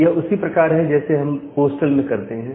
यह उसी प्रकार है जैसे हम पोस्टल में करते हैं